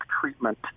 treatment